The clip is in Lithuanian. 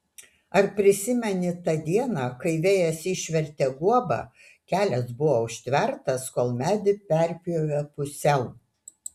ar prisimeni tą dieną kai vėjas išvertė guobą kelias buvo užtvertas kol medį perpjovė pusiau